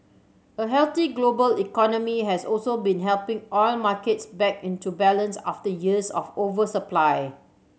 a healthy global economy has also been helping oil markets back into balance after years of oversupply